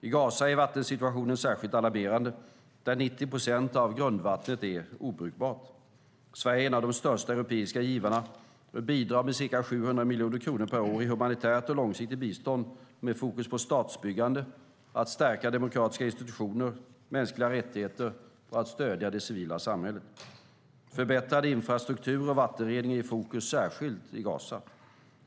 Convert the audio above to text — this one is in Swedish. I Gaza är vattensituationen särskilt alarmerande, då 90 procent av grundvattnet är obrukbart. Sverige är en av de största europeiska givarna och bidrar med cirka 700 miljoner kronor per år i humanitärt och långsiktigt bistånd med fokus på statsbyggande, på att stärka demokratiska institutioner och mänskliga rättigheter och på att stödja det civila samhället. Förbättrad infrastruktur och vattenrening är i fokus, särskilt i Gaza.